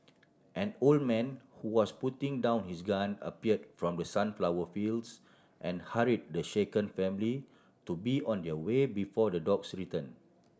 an old man who was putting down his gun appeared from the sunflower fields and hurry the shaken family to be on their way before the dogs return